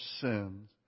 sins